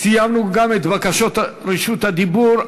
סיימנו גם את בקשות רשות הדיבור.